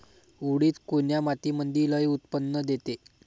उडीद कोन्या मातीमंदी लई उत्पन्न देते?